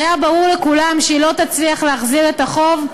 כשהיה ברור לכולם שהיא לא תצליח להחזיר את החוב.